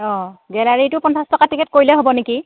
অঁ গেলাৰীটো পঞ্চাছ টকা টিকেট কৰিলে হ'ব নেকি